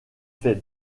fait